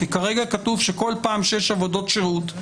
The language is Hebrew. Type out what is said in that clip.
כי כרגע כתוב, שכל פעם שיש עבודות שירות,